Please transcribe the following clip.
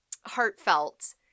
heartfelt